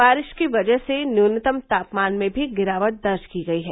बारिश की वजह से न्यूनतम तापमान में भी गिरावट दर्ज की गई है